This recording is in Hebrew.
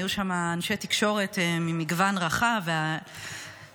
היו שם אנשי תקשורת ממגוון רחב שדיברו